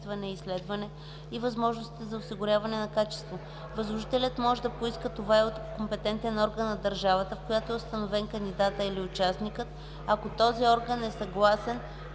Възложителят може да поиска това и от компетентен орган на държавата, в която е установен кандидатът или участникът, ако този орган е съгласен